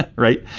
but right?